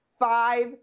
five